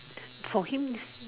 for him